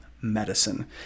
medicine